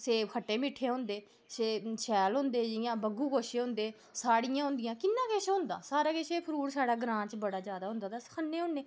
सेब खट्टे मिट्ठे होंदे शैल होंदे जि'यां बग्गू गोशे होंदे साड़ियां होंदियां कि'न्ना किश होंदा सारा किश फ्रूट साढ़ा ग्रांऽ च बड़ा जादा होंदा ते अस खन्ने होने